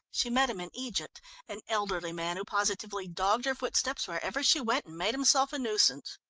she met him in egypt an elderly man who positively dogged her footsteps wherever she went, and made himself a nuisance.